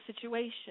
situation